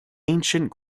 ancient